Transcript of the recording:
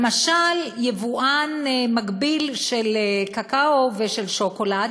למשל, יבואן מקביל של קקאו ושל שוקולד